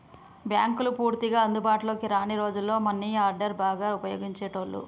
బ్యేంకులు పూర్తిగా అందుబాటులోకి రాని రోజుల్లో మనీ ఆర్డర్ని బాగా వుపయోగించేటోళ్ళు